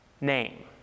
name